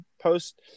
post